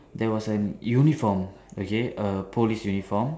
there was an uniform okay a police uniform